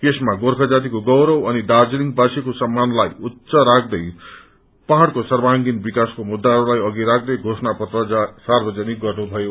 यसमा गोर्खा जातिको गौरव अनि दार्जीलिङवासीको सम्मानलाई उच्च राख्यै पहाड़को सर्वागिण विकासको मुद्दाहरूलाई अघि राख्यै घोषणा पत्र सार्वजनिक गर्नुमयो